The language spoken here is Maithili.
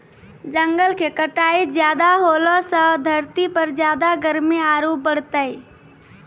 जंगल के कटाई ज्यादा होलॅ सॅ धरती पर ज्यादा गर्मी आरो बढ़तै